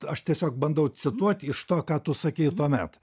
aš tiesiog bandau cituot iš to ką tu sakei tuomet